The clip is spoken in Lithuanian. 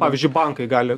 pavyzdžiui bankai gali